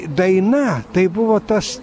daina tai buvo tas